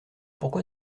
pourquoi